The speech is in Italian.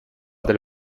del